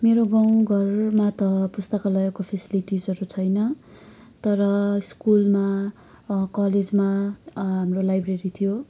मेरो गाउँ घरमा त पुस्तकालयको फेसिलिटसहरू छैन तर स्कुलमा कलेजमा हाम्रो लाइब्रेरी थियो